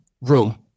room